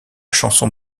chanson